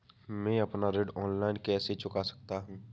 मैं अपना ऋण ऑनलाइन कैसे चुका सकता हूँ?